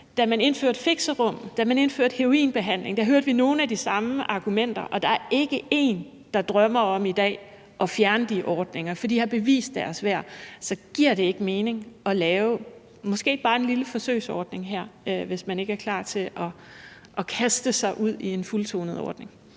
da man indførte heroinbehandling, hørte vi nogle af de samme argumenter, og der er i dag ikke en, der drømmer om at fjerne de ordninger, for de har bevist deres værd. Så giver det ikke mening at lave måske bare en lille forsøgsordning her, hvis man ikke er klar til at kaste sig ud i en fuldtonet ordning?